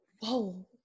Whoa